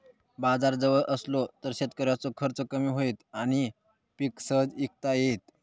बाजार जवळ असलो तर शेतकऱ्याचो खर्च कमी होईत आणि पीक सहज इकता येईत